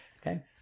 okay